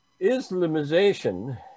Islamization